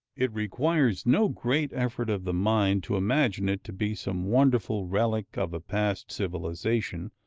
it requires no great effort of the mind to imagine it to be some wonderful relic of a past civilization,